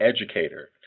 educator